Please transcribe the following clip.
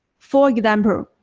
for example,